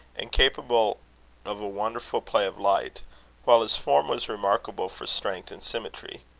and capable of a wonderful play of light while his form was remarkable for strength and symmetry.